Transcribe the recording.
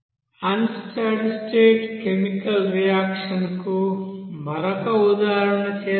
అన్ study state chemical reaction కు మరొక ఉదాహరణ చేద్దాం